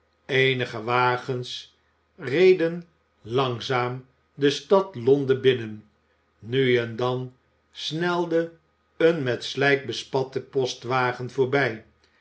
eenige wagens reden langzaam de stad londen binnen nu en dan snelde een met slijk bespatte postwagen voorbij